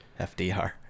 FDR